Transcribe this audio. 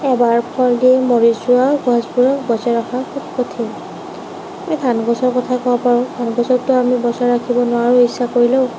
এবাৰ ফল দি মৰি যোৱা গছবোৰক বচাই ৰখা খুব কঠিন আমি ধান গছৰ কথা ক'ব পাৰোঁ ধান গছটো আমি বচাই ৰাখিব নোৱাৰোঁ ইচ্ছা কৰিলেও